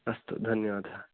अस्तु धन्यवादः